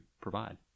provide